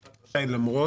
בית המשפט רשאי למרות